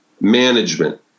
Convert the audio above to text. management